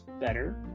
better